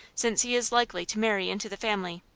since he is likely to marry into the family.